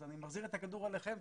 אז אני מחזיר את הכדור אליכם,